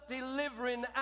delivering